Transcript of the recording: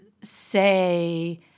say